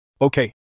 Okay